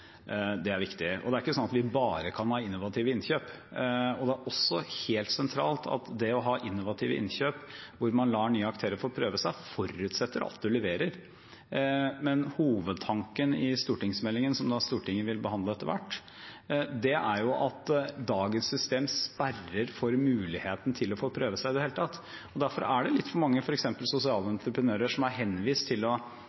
Det er viktig. Det er ikke sånn at vi kan ha bare innovative innkjøp. Det er også helt sentralt at det å ha innovative innkjøp hvor man lar nye aktører får prøve seg, forutsetter at man leverer. Hovedtanken i stortingsmeldingen som Stortinget vil behandle etter hvert, er at dagens system sperrer for muligheten til å få prøve seg i det hele tatt. Derfor er det litt for mange, f.eks. sosiale entreprenører, som er henvist til å